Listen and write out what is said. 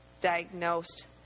diagnosed